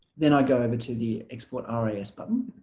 then i go over to the export ah ris button